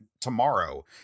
tomorrow